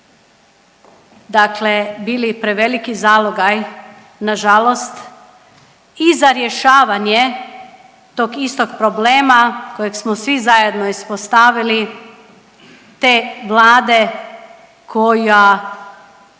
dakle bili preveliki zalogaj na žalost i za rješavanje tog istog problema kojeg smo svi zajedno ispostavili te vlade koja